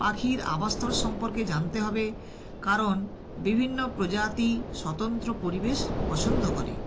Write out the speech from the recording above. পাখির আবাসস্থল সম্পর্কে জানতে হবে কারণ বিভিন্ন প্রজাতি স্বতন্ত্র পরিবেশ পছন্দ করে